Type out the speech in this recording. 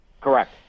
Correct